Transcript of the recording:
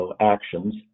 actions